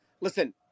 Listen